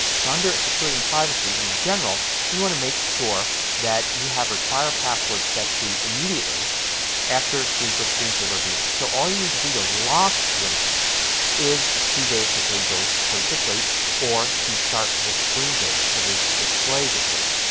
so under security and privacy in general you want to make that you have require password set to immediately after sleep or screen saver begins. so all you you need to do to lock your mac is to basically go put it to sleep or to start the screen saver for the display to sleep.